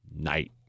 night